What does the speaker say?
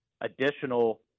additional